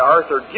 Arthur